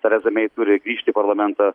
tereza mei turi grįžt į parlamentą